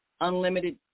unlimited